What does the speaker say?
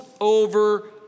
over